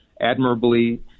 admirably